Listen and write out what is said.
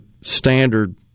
standard